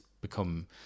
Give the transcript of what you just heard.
become